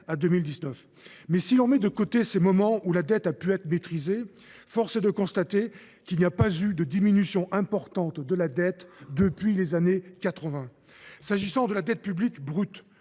à 2019. Mais si l’on met de côté ces moments où la dette a pu être maîtrisée, force est de constater que celle ci n’a pas connu de diminution importante depuis les années 1980. S’agissant de la dette publique brute,